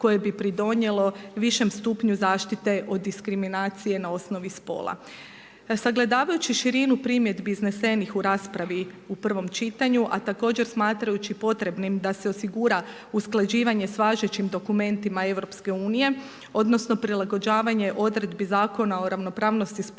koje bi pridonijelo višem stupnju zaštite o diskriminaciji na osnovi spola. Sagledavajući širinu primjedbi iznesenih u raspravi u prvom čitanju, a također smatrajući potrebnim da se osigura usklađivanjem s važećim dokumentima EU-a, odnosno prilagođavanje odredbi Zakona o ravnopravnosti spolova